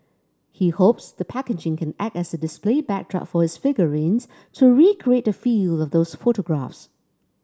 he hopes the packaging can act as a display backdrop for his figurines to recreate the feel of those photographs